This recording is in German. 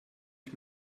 ich